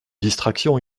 distraction